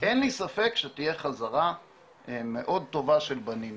אין לי ספק שתהיה חזרה מאוד טובה של בנים.